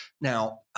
Now